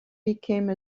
became